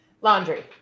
Laundry